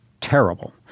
terrible